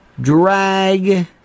drag